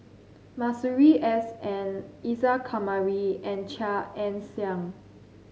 Masuri S N Isa Kamari and Chia Ann Siang